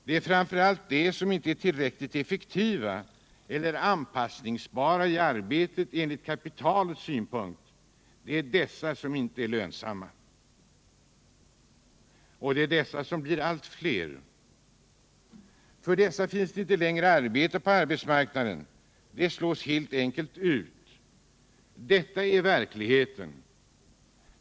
Det gäller framför allt de som inte är tillräckligt effektiva eller anpassningsbara i arbetet enligt kapitalets synpunkt, som inte är lönsamma, och de blir allt fler. För dem finns det inte längre arbete på arbetsmarknaden. De slås helt enkelt ut. Detta är verkligheten.